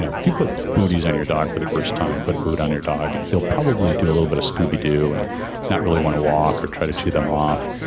so if you put booties on your dog for the first time, put but a boot on your dog. they'll probably do a little bit of scooby doo and not really want to walk or try to chew them off.